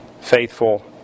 faithful